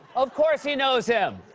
of course he knows him.